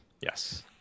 Yes